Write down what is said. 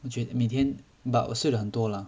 我觉得每天 but 我睡的很多 lah